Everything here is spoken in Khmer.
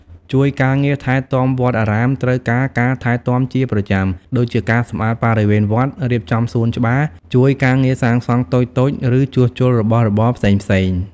ជួយការងារថែទាំវត្ត អារាមត្រូវការការថែទាំជាប្រចាំ ដូចជាការសម្អាតបរិវេណវត្ត រៀបចំសួនច្បារ ជួយការងារសាងសង់តូចៗ ឬជួសជុលរបស់របរផ្សេងៗ។